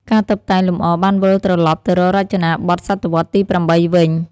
ការតុបតែងលម្អបានវិលត្រឡប់ទៅរករចនាបថសតវត្សរ៍ទី៨ វិញ។